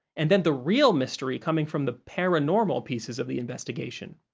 and then the real mystery coming from the paranormal pieces of the investigation.